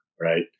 right